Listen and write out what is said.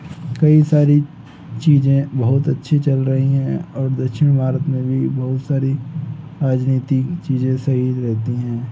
कई सारी चीज़ें बहुत अच्छी चल रही हैं और दक्षिण भारत में भी बहुत सारी राजनीतिक चीज़ें सही रहती हैं